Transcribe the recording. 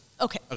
Okay